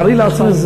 תארי לעצמך,